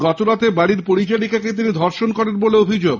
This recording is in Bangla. গতরাতে বাড়ির পরিচারিকাকে তিনি ধর্ষণ করেন বলে অভিযোগ